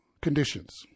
conditions